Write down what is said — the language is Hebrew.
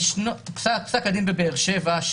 פסק הדין בבאר שבע,